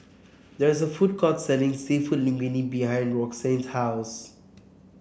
there is a food court selling seafood Linguine behind Roxanne's house